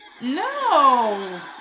No